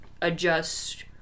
adjust